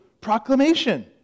proclamation